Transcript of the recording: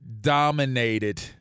dominated